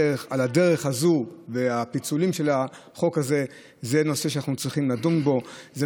הדרך הזאת והפיצולים של החוק הזה הם נושא שנצטרך לדון בו,